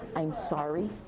i'm sorry,